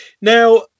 Now